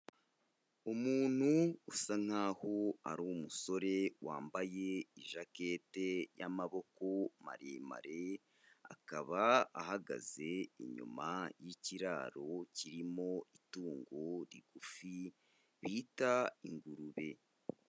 Umuntu usa nkaho ari musore wambaye ijakete y'amaboko maremare, akaba ahagaze inyuma y'ikiraro kirimo itungo rigufi bita ingurube.